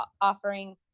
offering